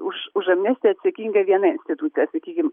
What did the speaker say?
už už amnestiją atsakinga viena institucija sakykim